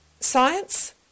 science